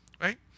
right